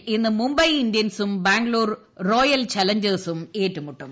എല്ലിൽ ഇന്ന് മുംബൈ ഇന്ത്യൻസും ബാംഗ്ലൂർ റോയൽ ചലഞ്ചേഴ്സും ഏറ്റുമുട്ടും